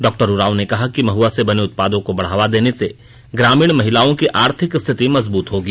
डॉ उरांव ने कहा कि महुआ से बने उत्पादों को बढ़ावा देने से ग्रामीण महिलाओं की आर्थिक स्थिति मजबूत होगी